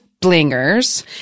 Blingers